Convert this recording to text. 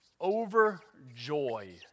overjoyed